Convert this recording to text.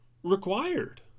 required